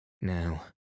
Now